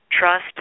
trust